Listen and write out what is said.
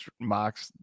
mocks